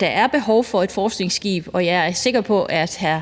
der er behov for et forskningsskib, og jeg er sikker på, at hr.